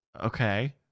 Okay